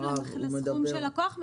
אין התייחסות בחוק לסכום שלקוח משלם.